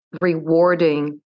rewarding